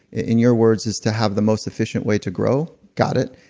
in your words, is to have the most efficient way to grow. got it.